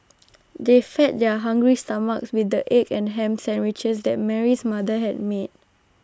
they fed their hungry stomachs with the egg and Ham Sandwiches that Mary's mother had made